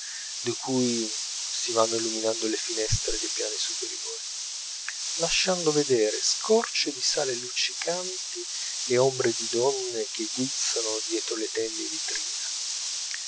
di cui si vanno illuminando le finestre dei piani superiori lasciando vedere scorci di sale luccicanti e ombre di donne che guizzano dietro le tende di trina